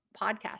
podcast